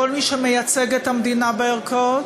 בכל מי שמייצג את המדינה בערכאות,